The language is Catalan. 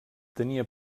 tenia